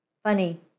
Funny